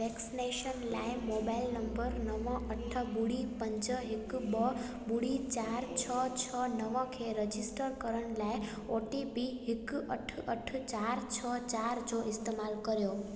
vaccination लाइ mobile number नव अठ ॿुड़ी पंज हिकु ॿ ॿुड़ी चारि छह छह नव खे रजिस्टर करण लाइ ओ टी पी हिकु अठ अठ चारि छह चारि जो इस्तैमाल कर्यो